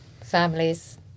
families